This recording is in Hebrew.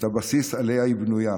את הבסיס שעליו היא בנויה,